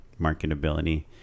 marketability